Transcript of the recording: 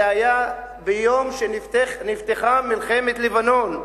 זה היה ביום שנפתחה מלחמת לבנון.